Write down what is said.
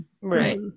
right